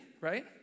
right